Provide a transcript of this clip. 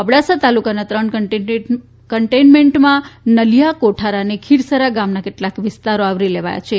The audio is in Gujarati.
અબડાસા તાલુકાના ત્રણ કન્ટેનમેન્ટમાં નલિયા કોઠારા અને ખીરસરા ગામ ના કેટલાક વિસ્તારો આવરી લેવાયા છે